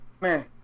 man